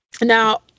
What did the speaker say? Now